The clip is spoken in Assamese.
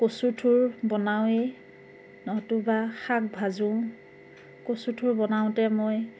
কচুথোৰ বনাওয়েই নতুবা শাক ভাজোঁ কচুথোৰ বনাওঁতে মই